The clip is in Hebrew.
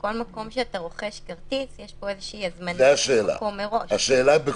בכל מקום שאתה רוכש כרטיס יש איזו שהיא הזמנה של מקום מראש,